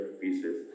pieces